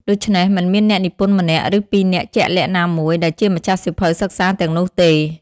ដូច្នេះ មិនមានអ្នកនិពន្ធម្នាក់ ឬពីរនាក់ជាក់លាក់ណាមួយ ដែលជាម្ចាស់សៀវភៅសិក្សាទាំងនោះទេ។